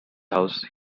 house